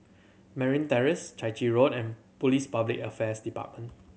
Merryn Terrace Chai Chee Road and Police Public Affairs Department